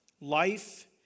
Life